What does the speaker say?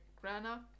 grana